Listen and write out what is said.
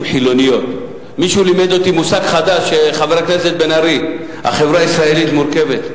חברי חברי הכנסת, אדוני השר,